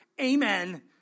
Amen